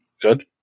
Good